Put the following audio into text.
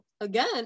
again